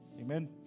Amen